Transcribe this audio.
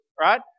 right